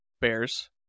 bears